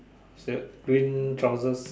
it's a green trousers